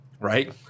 right